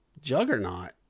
juggernaut